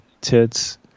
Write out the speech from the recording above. tits